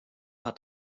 hat